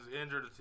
injured